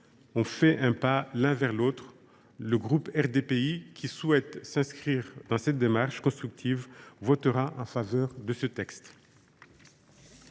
ont fait un pas l’un vers l’autre ; le groupe RDPI, qui souhaite s’inscrire dans cette démarche constructive, votera en faveur de ce texte.